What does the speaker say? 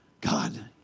God